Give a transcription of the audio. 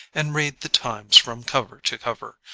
and read the times from cover to cover,